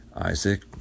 Isaac